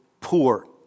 poor